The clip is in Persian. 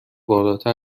بالاتر